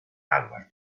aguas